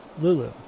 Lulu